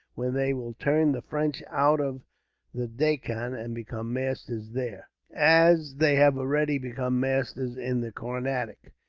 when they will turn the french out of the deccan, and become masters there, as they have already become masters in the carnatic,